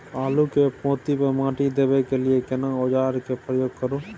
आलू के पाँति पर माटी देबै के लिए केना औजार के प्रयोग करू?